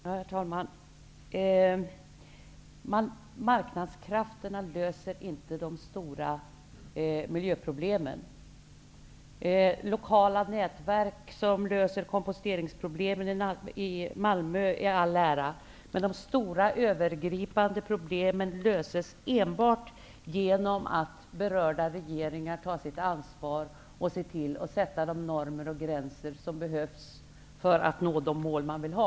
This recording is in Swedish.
Herr talman! Marknadskrafterna löser inte de stora miljöproblemen. Lokala nätverk som löser komposteringsproblemen i Malmö i all ära, men de stora övergripande problemen löses enbart genom att berörda regeringar tar sitt ansvar och ser till att sätta upp de normer och gränser som behövs för att nå de mål man vill ha.